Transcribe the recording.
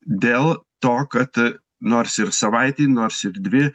dėl to kad nors ir savaitė nors ir dvi